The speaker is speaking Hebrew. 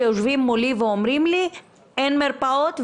שיושבים מולי ואומרים לי שאין מרפאות.